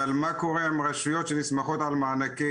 אבל מה קורה עם רשויות שנסמכות על מענקי